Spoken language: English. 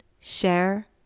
Share